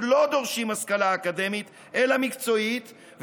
לא דורשים השכלה אקדמית אלא מקצועית,